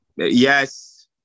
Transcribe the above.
Yes